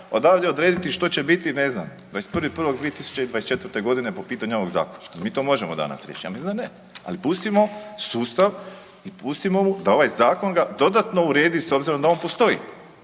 odavde odrediti što će biti ne znam 21.1.2024.g. po pitanju ovog zakona, jel mi to možemo danas riješit? Ja mislim da ne, ali pustimo sustav i pustimo da ovaj zakon ga dodatno uredi s obzirom da on postoji,